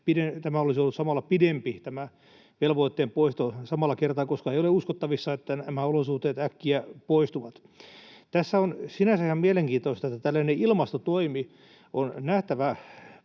tämä velvoitteen poisto olisi ollut pidempi samalla kertaa, koska ei ole uskottavissa, että nämä olosuhteet äkkiä poistuvat. Tässä on sinänsä ihan mielenkiintoista, että tällainen ilmastotoimi on nähtävä